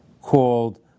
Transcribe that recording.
called